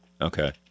Okay